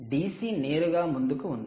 DC నేరుగా ముందుకు ఉంది